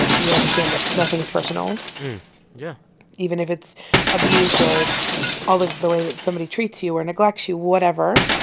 you understand that nothing is personal yeah even if it's abuse, or it's all of the way that somebody treats you or neglects you whatever,